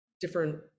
different